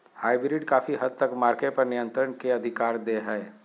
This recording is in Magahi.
हाइब्रिड काफी हद तक मार्केट पर नियन्त्रण के अधिकार दे हय